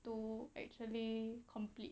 to actually complete